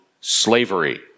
slavery